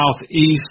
Southeast